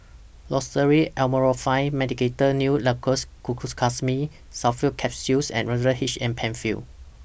Loceryl Amorolfine Medicated Nail Lacquer Glucosamine Sulfate Capsules and H M PenFill